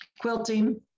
quilting